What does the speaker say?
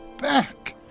back